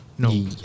No